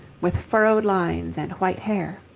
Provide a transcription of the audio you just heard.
with furrowed lines and white hair.